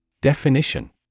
Definition